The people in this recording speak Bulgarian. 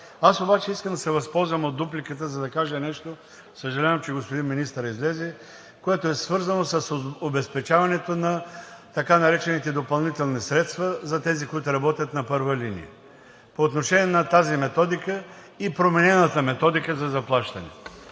Аз обаче искам да се възползвам от дупликата, за да кажа нещо, съжалявам, че господин министърът излезе, което е свързано с обезпечаването на така наречените допълнителни средства за тези, които работят на първа линия. По отношение на тази методика и променената методика за заплащане.